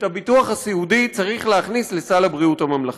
את הביטוח הסיעודי צריך להכניס לסל הבריאות הממלכתי.